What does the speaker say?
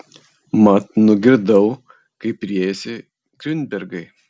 mat nugirdau kaip riejasi griunbergai